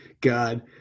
god